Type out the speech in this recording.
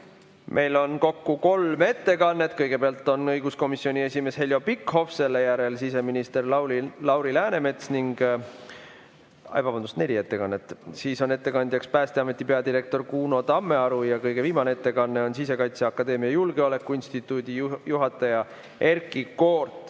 Meil on kokku kolm ettekannet. Kõigepealt on õiguskomisjoni esimees Heljo Pikhof, selle järel siseminister Lauri Läänemets ning ... Vabandust, neli ettekannet. Siis on ettekandjaks Päästeameti peadirektor Kuno Tammearu ja kõige viimane ettekandja on Sisekaitseakadeemia [sise]julgeoleku instituudi juhataja Erkki